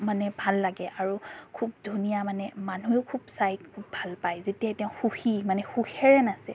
মানে ভাল লাগে আৰু খুব ধুনীয়া মানে মানুহেও খুব চাই ভাল পায় যেতিয়াই তেওঁ সুখী মানে সুখেৰে নাচে